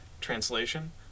translation